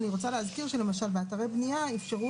אני רוצה להזכיר שלמשל באתרי בניה אפשרו